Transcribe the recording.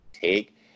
take